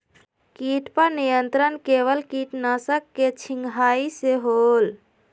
किट पर नियंत्रण केवल किटनाशक के छिंगहाई से होल?